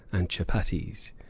and chuppatties.